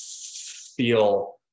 feel